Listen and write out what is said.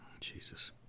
Jesus